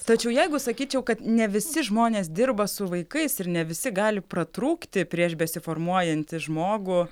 tačiau jeigu sakyčiau kad ne visi žmonės dirba su vaikais ir ne visi gali pratrūkti prieš besiformuojantį žmogų